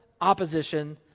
opposition